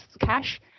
cash